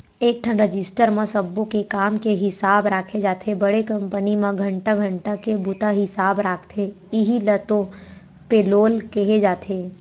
एकठन रजिस्टर म सब्बो के काम के हिसाब राखे जाथे बड़े कंपनी म घंटा घंटा के बूता हिसाब राखथे इहीं ल तो पेलोल केहे जाथे